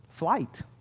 flight